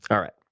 all right.